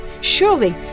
Surely